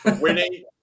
Winnie